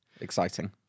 exciting